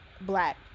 black